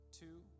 Two